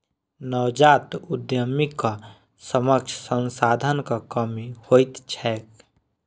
नवजात उद्यमीक समक्ष संसाधनक कमी होइत छैक